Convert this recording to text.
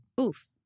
oof